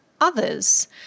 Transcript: others